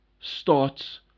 starts